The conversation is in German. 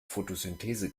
photosynthese